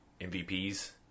MVPs